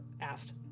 asked